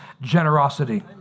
generosity